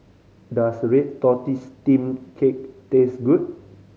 does red tortoise steamed cake taste good